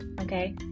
okay